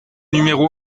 numéro